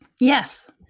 Yes